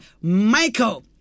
Michael